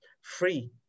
free